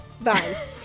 Vines